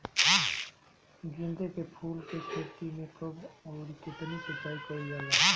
गेदे के फूल के खेती मे कब अउर कितनी सिचाई कइल जाला?